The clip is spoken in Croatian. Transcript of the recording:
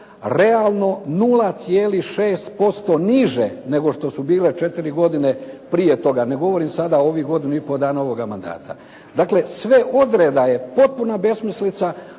realno 0,6% niže, nego što su bile 4 godine prije toga. Ne govorim sada o godini i pol ovog mandata. Dakle, sve odreda je potpuna besmislica.